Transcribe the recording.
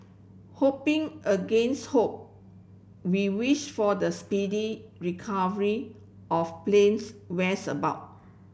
hoping against hope we wish for the speedy recovery of plane's where's about